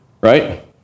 right